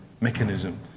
mechanism